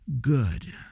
good